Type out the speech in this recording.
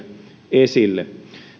esille